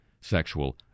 sexual